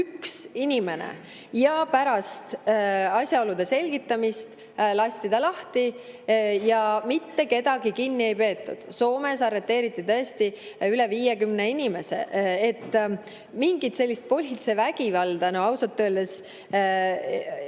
Üks inimene! Ja pärast asjaolude selgitamist lasti ta lahti ja mitte kedagi kinni ei peetud. Soomes arreteeriti tõesti üle 50 inimese. Mingit sellist politsei vägivalda on meil ausalt öeldes